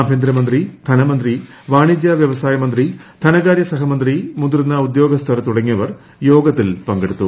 ആഭ്യന്തരമന്ത്രി ധനമന്ത്രിശ്പാണിജ്യ വ്യവസായ മന്ത്രി ധനകാര്യ സഹമന്ത്രി മുതിർന്ന ഉദ്യോഗ്സ്ഥർ തുടങ്ങിയവർ യോഗത്തിൽ പങ്കെടുത്തു